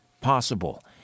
possible